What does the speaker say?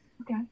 Okay